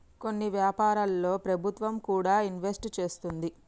కొన్ని వ్యాపారాల్లో ప్రభుత్వం కూడా ఇన్వెస్ట్ చేస్తుంది